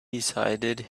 decided